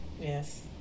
Yes